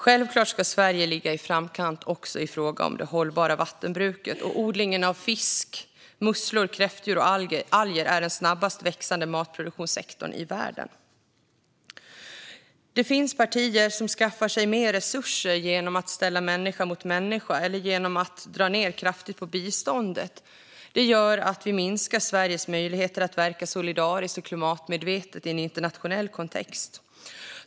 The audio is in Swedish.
Självklart ska Sverige ligga i framkant också i fråga om det hållbara vattenbruket. Odling av fisk, musslor, kräftdjur och alger är den snabbast växande matproduktionssektorn i världen. Det finns partier som skaffar sig mer resurser genom att ställa människa mot människa eller genom att dra ned kraftigt på biståndet. Det gör att vi minskar Sveriges möjligheter att verka solidariskt och klimatmedvetet i en internationell kontext.